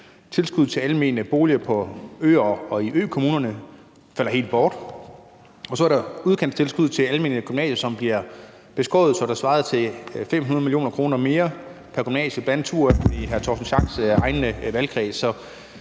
tilskuddet til almene boliger på øer og i økommunerne falder helt bort; og så er der udkantstilskuddet til almene gymnasier, som bliver beskåret, så det svarer til 500.000 kr. mindre pr. gymnasie, bl.a. to i hr. Torsten Schack Pedersens egen valgkreds.